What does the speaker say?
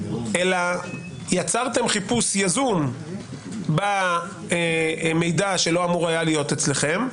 אלא יצרתם חיפוש יזום במידע שלא היה אמור להיות אצלכם,